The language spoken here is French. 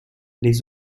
les